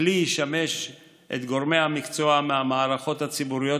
הכלי ישמש את גורמי המקצוע מהמערכות הציבוריות